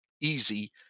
easy